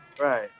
right